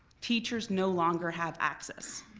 teachers no longer have access.